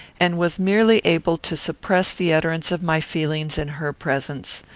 and was merely able to suppress the utterance of my feelings in her presence.